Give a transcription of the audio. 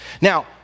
Now